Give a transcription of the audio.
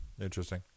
Interesting